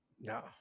No